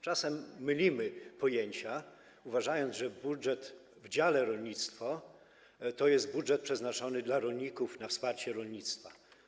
Czasem mylimy pojęcia, uważając, że budżet w dziale: rolnictwo to jest budżet przeznaczony dla rolników, na wsparcie rolnictwa.